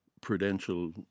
prudential